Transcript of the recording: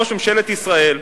ראש ממשלת ישראל,